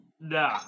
no